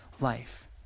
life